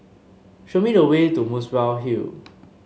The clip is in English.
show me the way to Muswell Hill